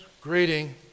greeting